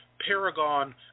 Paragon